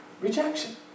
Rejection